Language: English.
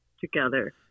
together